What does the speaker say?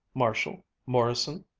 marshall? morrison?